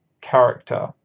character